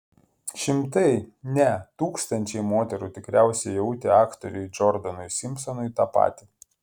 šimtai ne tūkstančiai moterų tikriausiai jautė aktoriui džordanui simpsonui tą patį